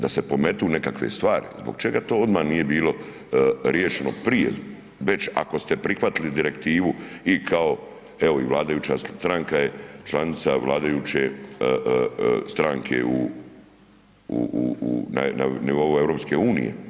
Da se pometu nekakve stvari, zbog čega to odmah nije bilo riješeno prije već ako ste prihvatili direktivu i kao, evo i vladajuća stranka je članica vladajuće stranke u, na nivou EU.